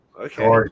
okay